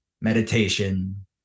meditation